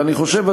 ואני חושב,